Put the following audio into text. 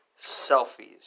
selfies